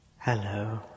hello